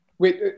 Wait